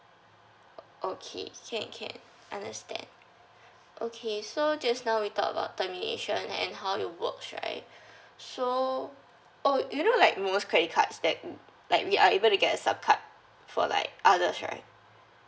okay can can understand okay so just now we talk about termination and how it works right so oh do you know like most credit cards that like we are able to get a sub card for like others right